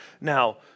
Now